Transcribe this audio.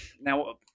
now